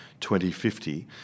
2050